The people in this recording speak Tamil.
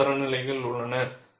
பல தரநிலைகள் உள்ளன